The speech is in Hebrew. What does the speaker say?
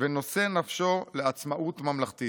ונושא נפשו לעצמאות ממלכתית.